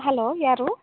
hello ಯಾರು